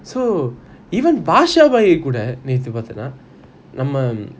so even Basha பி கூட நேத்து பாத்தா நம்ம:basha bhai kuda neathu paathana namma